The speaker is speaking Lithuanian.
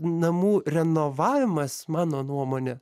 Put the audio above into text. namų renovavimas mano nuomone